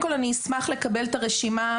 אשמח לקבל את הרשימה.